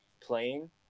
playing